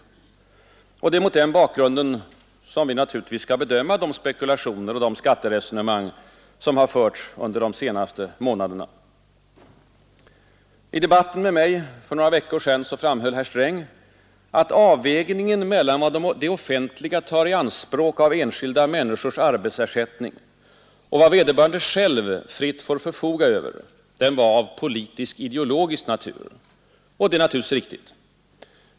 Det är naturligtvis mot den bakgrunden som vi skall bedöma de spekulationer som har gjorts och de skatteresonemang som har förts under de senaste månaderna. I debatten med mig för några veckor sedan framhöll herr Sträng, att avvägningen mellan vad det offentliga tar i anspråk av enskilda jälva fritt får förfoga sättning och vad vederbörande över var av politisk-ideologisk natur. Det är naturligtvis riktigt.